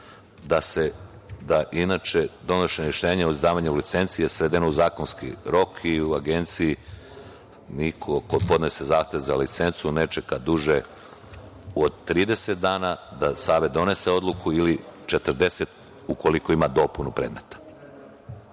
da je inače donošenje rešenja o izdavanja licenci svedeno u zakonski rok i u Agenciji niko ko podnese zahtev za licencu ne čeka duže od 30 dana, da Savet donese odluku ili 40 dana, ukoliko ima dopunu predmeta. Ukratko